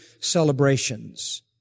celebrations